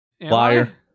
liar